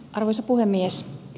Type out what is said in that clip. arvoisa puhemies